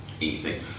easy